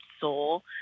soul